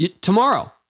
Tomorrow